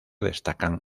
destacan